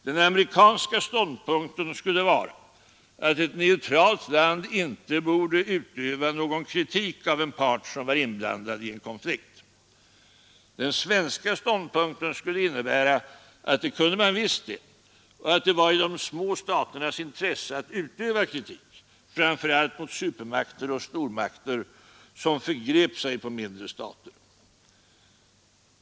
Den amerikanska ståndpunkten skulle innebära att ett neutralt land inte borde utöva någon kritik av en part som var inblandad i en konflikt. Den svenska ståndpunkten skulle innebära att det kunde man visst det, och det var i de små staternas intresse att framföra kritik, framför allt mot supermakter och stormakter som förgrep sig på mindre stater.